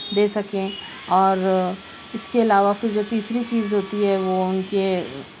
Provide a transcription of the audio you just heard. دے سکیں اور اس کے علاوہ پھر جو تیسری چیز ہوتی ہے وہ ان کے